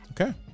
Okay